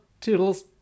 Toodles